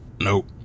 Nope